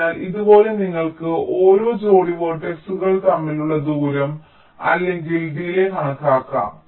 അതിനാൽ ഇതുപോലെ നിങ്ങൾക്ക് ഓരോ ജോഡി വേർട്ടക്സുകൾ തമ്മിലുള്ള ദൂരം അല്ലെങ്കിൽ ഡിലേയ്യ് കണക്കാക്കാം